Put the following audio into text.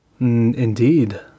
indeed